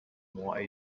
more